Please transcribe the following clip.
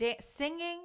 singing